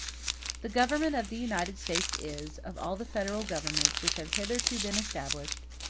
the government of the united states is, of all the federal governments which have hitherto been established,